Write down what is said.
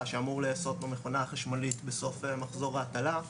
שאמור להיעשות במכונה החשמלית בסוף מחזור ההטלה.